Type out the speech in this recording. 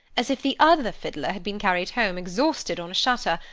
as if the other fiddler had been carried home, exhausted, on a shutter,